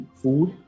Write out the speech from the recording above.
food